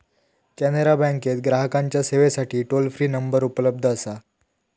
कॅनरा बँकेत ग्राहकांच्या सेवेसाठी टोल फ्री नंबर उपलब्ध असा